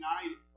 united